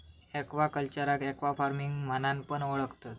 एक्वाकल्चरका एक्वाफार्मिंग म्हणान पण ओळखतत